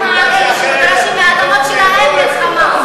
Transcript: כשמגרשים מהאדמות שלהם, מלחמה.